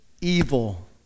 evil